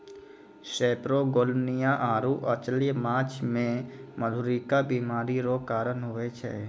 सेपरोगेलनिया आरु अचल्य माछ मे मधुरिका बीमारी रो कारण हुवै छै